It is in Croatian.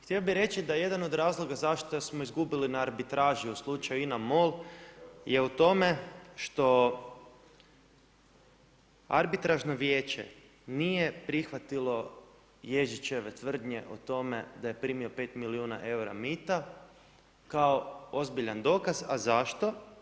Htio bih reći da jedan od razloga zašto smo izgubili na arbitraži u slučaju INA MOL je u tome što arbitražno vijeće nije prihvatilo Jezičeve tvrdnje o tome da je primio 5 milijuna eura mita kao ozbiljan dokaz, a zašto?